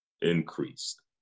increased